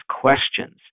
questions